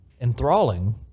enthralling